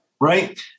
Right